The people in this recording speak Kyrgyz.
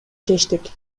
чечтик